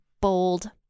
bold